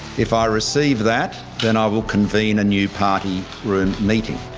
if i receive that then i will convene a new party room meeting.